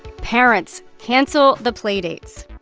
parents, cancel the play dates.